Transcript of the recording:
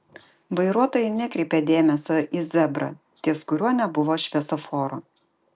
vairuotojai nekreipė dėmesio į zebrą ties kuriuo nebuvo šviesoforo